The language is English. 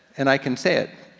and i can say it.